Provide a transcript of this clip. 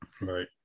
Right